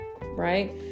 right